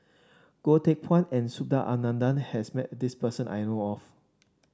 Goh Teck Phuan and Subhas Anandan has met this person I know of